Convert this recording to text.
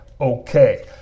Okay